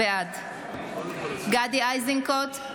בעד גדי איזנקוט,